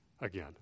again